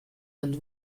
and